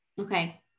Okay